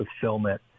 fulfillment